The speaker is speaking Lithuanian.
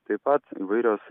taip pat įvairios